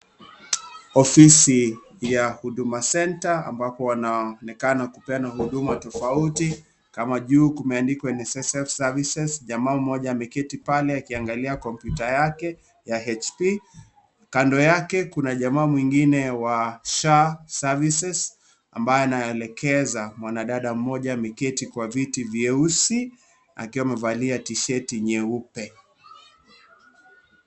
Ofisi ya Huduma Center ambapo wanaonekana kupeana huduma tofauti kama juu kumeandikwa NSSF Services . Jamaa mmoja ameketi pale akiangalia kompyuta yake ya HP. Kando yake kuna jamaa mwingine wa SHA Services ambaye anaelekeza, mwanadada mmoja ameketi kwa viti vyeusi akiwa amevalia tisheti nyeupe.